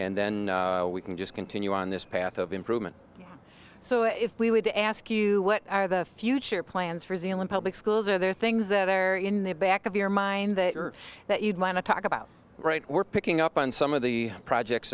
and then we can just continue on this path of improvement so if we were to ask you what are the future plans for zealand public schools are there things that are in the back of your mind that you're that you'd want to talk about right we're picking up on some of the projects